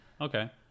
Okay